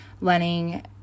learning